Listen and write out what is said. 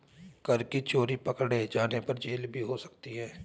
कर की चोरी पकडे़ जाने पर जेल भी हो सकती है